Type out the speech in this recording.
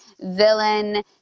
villain